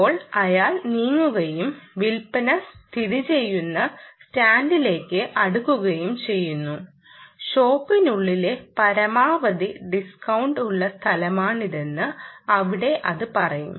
ഇപ്പോൾ അയാൾ നീങ്ങുകയും വിൽപ്പന സ്ഥിതിചെയ്യുന്ന സ്റ്റാൻഡിലേക്ക് അടുക്കുകയും ചെയ്യുമ്പോൾ ഷോപ്പിനുള്ളിലെ പരമാവധി ഡിസ്ഹ്കൌണ്ട് ഉള്ള സ്ഥലമാണിതെന്ന് അവിടെ അത് പറയും